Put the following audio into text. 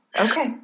okay